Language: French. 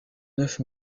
neuf